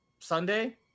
Sunday